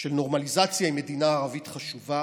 של נורמליזציה עם מדינה ערבית חשובה